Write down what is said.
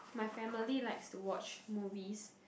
my family likes to watch movies